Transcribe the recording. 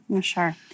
Sure